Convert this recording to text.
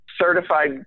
certified